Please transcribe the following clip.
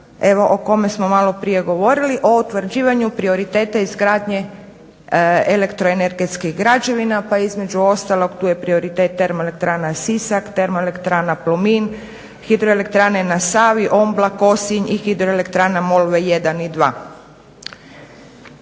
o kome smo maloprije govorili, o utvrđivanju prioriteta izgradnje elektroenergetskih građevina, pa između ostalog tu je prioritet TE Sisak, TE Plomin, HE na Savi, Ombla, Kosinj i HE Molva 1 i 2.